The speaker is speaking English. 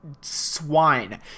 swine